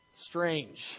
Strange